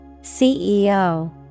CEO